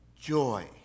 joy